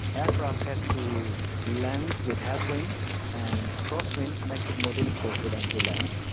aircraft have to land with headwind and crosswind makes it more difficult for them to land,